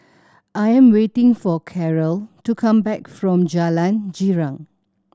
I'm waiting for Carole to come back from Jalan Girang